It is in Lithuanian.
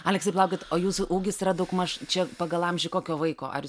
aleksai palaukit o jūsų ūgis yra daugmaž čia pagal amžių kokio vaiko ar